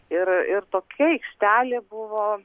ir ir tokia aikštelė buvo